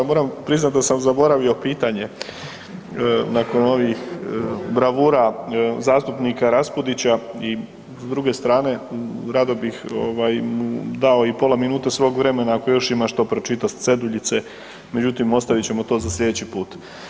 Moram priznati da sam zaboravi pitanje nakon ovih bravura zastupnika Raspudića i s druge strane rado bih ovaj dao i pola minute svog vremena ako još što ima pročitat s ceduljice, međutim ostavit ćemo to za slijedeći put.